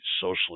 socially